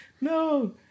No